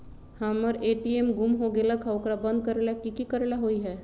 हमर ए.टी.एम गुम हो गेलक ह ओकरा बंद करेला कि कि करेला होई है?